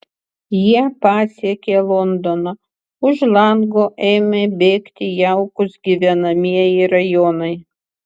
jie pasiekė londoną už lango ėmė bėgti jaukūs gyvenamieji rajonai